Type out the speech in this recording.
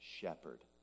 shepherd